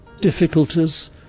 difficulties